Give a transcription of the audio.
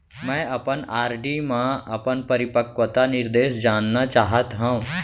मै अपन आर.डी मा अपन परिपक्वता निर्देश जानना चाहात हव